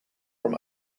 from